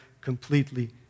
completely